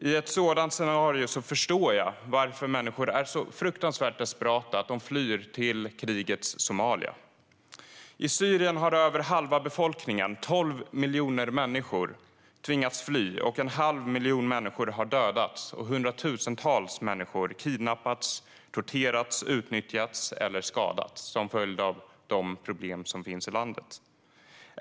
I ett sådant scenario förstår jag varför människor är så fruktansvärt desperata att de flyr till krigets Somalia. I Syrien har över halva befolkningen, 12 miljoner människor, tvingats fly. En halv miljon människor har dödats, och hundratusentals människor har kidnappats, torterats, utnyttjats eller skadats som en följd av de problem som finns i landet.